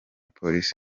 polisi